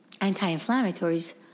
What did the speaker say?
anti-inflammatories